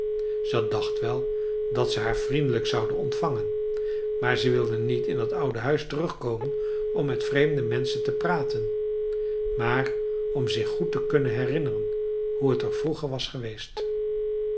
ze dacht wel dat ze haar vriendelijk zouden ontvangen maar ze wilde niet in dat oude huis terugkomen om met vreemde menschen te praten maar om zich goed te kunnen herinneren hoe t er vroeger was geweest